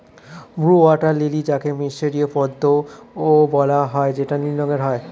blue water lily যাকে মিসরীয় পদ্মও বলা হয় যেটা নীল রঙের হয়